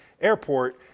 Airport